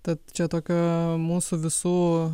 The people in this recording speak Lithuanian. tad čia tokia mūsų visų